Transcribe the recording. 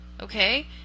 okay